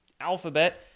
alphabet